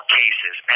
cases